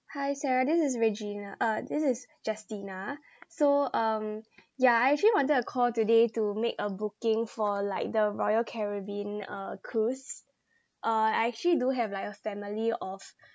hi sarah this is regina uh this is justina so um ya I actually wanted to call today to make a booking for like the royal caribbean uh cruise uh I actually do have like a family of